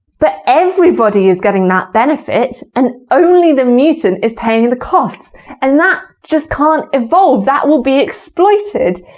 but everybody is getting that benefit and only the mutant is paying the costs and that just can't evolve that will be exploited!